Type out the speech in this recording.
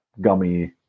gummy